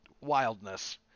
wildness